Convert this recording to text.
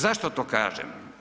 Zašto to kažem?